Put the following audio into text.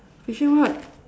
fishing rod